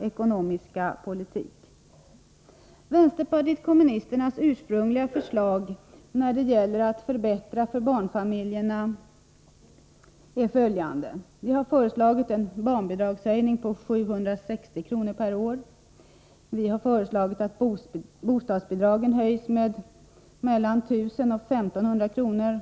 ekonomiska politik. Vänsterpartiet kommunisternas ursprungliga förslag när det gäller att förbättra för barnfamiljerna är följande. Vi har föreslagit en barnbidragshöjning på 760 kr. per år. Vi har föreslagit att bostadsbidragen höjs med mellan 1 000 och 1 500 kr.